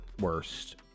worst